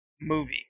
movie